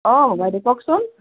অঁ বাইদেউ কওকচোন